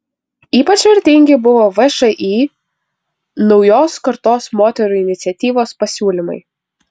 ypač vertingi buvo všį naujos kartos moterų iniciatyvos pasiūlymai